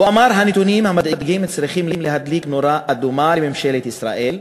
הוא אמר: הנתונים המדאיגים צריכים להדליק נורה אדומה בממשלת ישראל,